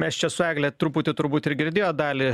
mes čia su egle truputį turbūt ir girdėjot dalį